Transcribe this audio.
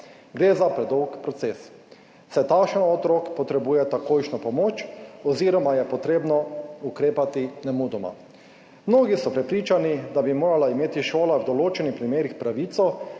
Gre za predolg proces, saj takšen otrok potrebuje takojšnjo pomoč oziroma je potrebno ukrepati nemudoma. Mnogi so prepričani, da bi morala imeti šola v določenih primerih pravico,